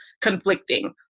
conflicting